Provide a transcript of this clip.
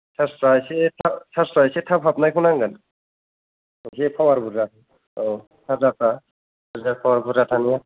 सार्जफ्रा इसे थाब सार्जफ्रा इसे थाब हाबनायखौ नांगोन इसे पावार बुरजा औ सार्जारफ्रा सार्जार पावार बुरजा थानाया